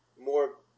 more